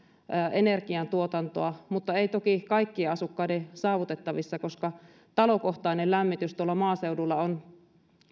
energiantuotantoa mutta ei toki kaikkien asukkaiden saavutettavissa koska talokohtainen lämmitys tuolla maaseudulla on